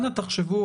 אנא תחשבו